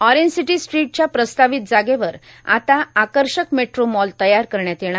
ऑरज ांसटो स्ट्रीटच्याप्रस्ताावत जागेवर आता आकषक मेट्रां मॉल तयार करण्यात येणार